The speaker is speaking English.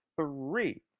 three